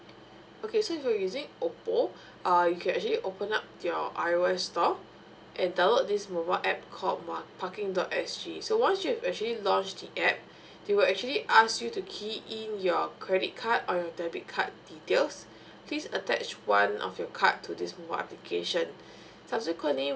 okay so if you're using oppo uh you can actually open up your I O S store and download this mobile app called mm uh parking dot S G so once you actually launch the app they will actually ask you to key in your credit card or debit card details please attach one of your card to this mobile application subsequently